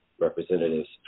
representatives